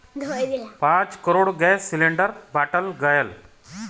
पाँच crore gas cylinder बाँटल गएल